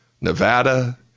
Nevada